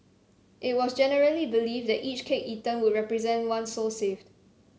it was generally believed that each cake eaten would represent one soul saved